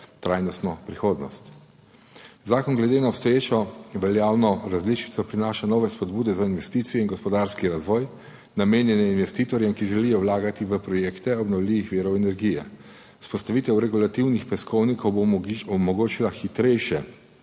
trajnostno prihodnost. Zakon glede na obstoječo veljavno različico prinaša nove spodbude za investicije in gospodarski razvoj, namenjene investitorjem, ki želijo vlagati v projekte obnovljivih virov energije. Vzpostavitev regulativnih peskovnikov bo omogočila hitrejše